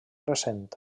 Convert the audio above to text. recent